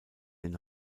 den